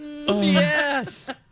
Yes